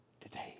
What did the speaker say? Today